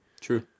True